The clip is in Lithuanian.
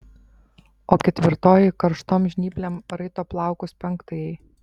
o ketvirtoji karštom žnyplėm raito plaukus penktajai